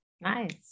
Nice